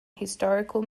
historical